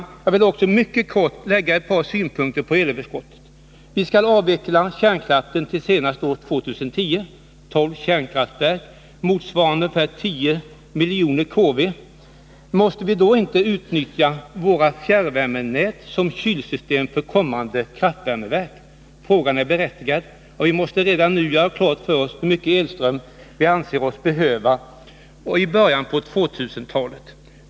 Jag vill också mycket kortfattat lägga ett par synpunkter på elöverskottet. Vi skall avveckla kärnkraften till senast år 2010 — 12 kärnkraftverk motsvarande ca 10 000 000 kW. Måste vi då inte utnyttja våra fjärrvärmenät som kylsystem för kommande kraftvärmeverk? Frågan är berättigad, och vi måste redan nu göra klart för oss hur mycket elström vi anser oss behöva i början av 2000-talet.